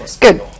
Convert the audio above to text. Good